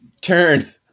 turn